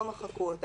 לא מחקו אותה,